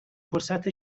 فرصت